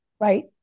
Right